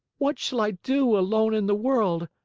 what shall i do alone in the world?